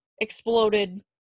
exploded